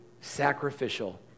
sacrificial